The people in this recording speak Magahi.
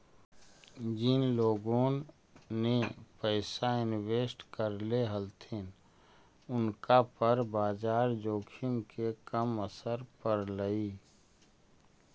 जिन लोगोन ने पैसा इन्वेस्ट करले हलथिन उनका पर बाजार जोखिम के कम असर पड़लई